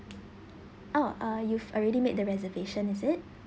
oh uh you've already made the reservation is it